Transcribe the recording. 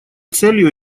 целью